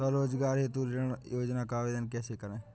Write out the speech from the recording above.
स्वरोजगार हेतु ऋण योजना का आवेदन कैसे करें?